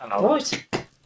Right